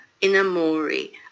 Inamori